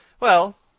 well,